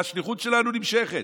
והשליחות שלנו נמשכת.